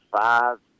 five